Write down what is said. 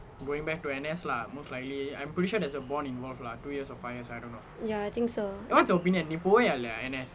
ya I think so